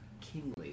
kingly